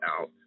out